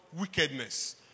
wickedness